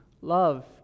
love